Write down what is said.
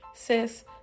Sis